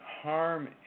harm